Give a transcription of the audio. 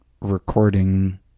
recording